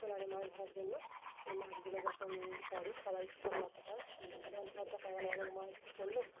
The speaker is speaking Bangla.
ট্রলারে মাছ ধরার জন্য ওই মাছগুলো যখন পড়ে সবাই সামলাতে হয় অন্ধ্রে অন্ধ্র গেলো অনেক মাছ পড়লো